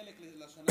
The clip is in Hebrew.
חלק לשנה